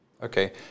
Okay